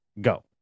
Go